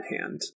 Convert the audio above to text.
hand